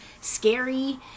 scary